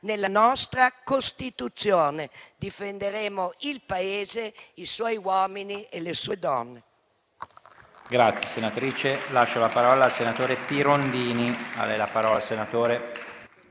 nella nostra Costituzione. Difenderemo il Paese, i suoi uomini e le sue donne.